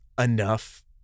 enough